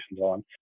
on